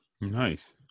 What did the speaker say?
Nice